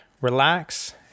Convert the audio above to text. relax